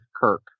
Kirk